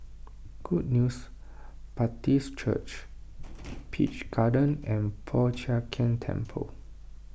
Good News Baptist Church Peach Garden and Po Chiak Keng Temple